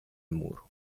muro